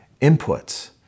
inputs